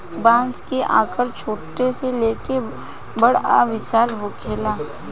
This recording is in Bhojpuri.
बांस के आकर छोट से लेके बड़ आ विशाल होखेला